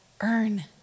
earn